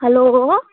hello